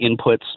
inputs